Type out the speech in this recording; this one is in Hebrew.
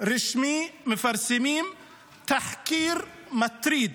רשמי מפרסמים תחקיר מטריד: